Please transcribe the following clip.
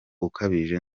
ukabije